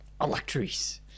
Electries